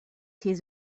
his